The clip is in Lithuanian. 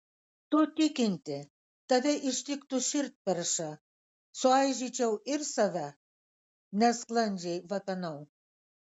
tu tikinti tave ištiktų širdperša suaižyčiau ir save nesklandžiai vapenau